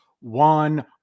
one